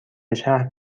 شهر